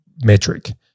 metric